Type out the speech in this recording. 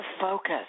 focus